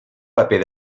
paper